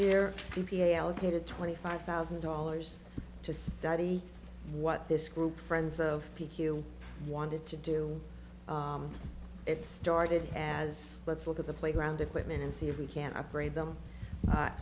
year c p a allocated twenty five thousand dollars to study what this group of friends of p q wanted to do it started as let's look at the playground equipment and see if we can upgrade them